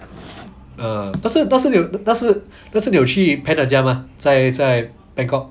err 不是不是你有不是不是你有去 pan 的家 mah 在在 bangkok